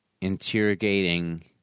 interrogating